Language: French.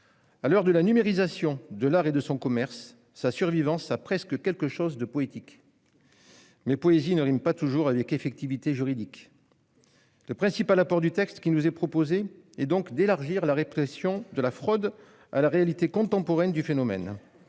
À l'heure de la numérisation de l'art et de son commerce, sa survivance a presque quelque chose de poétique. Mais poésie ne rime pas toujours avec effectivité juridique ... Le principal apport du texte qui nous est proposé est d'élargir la répression de la fraude à la réalité contemporaine du phénomène,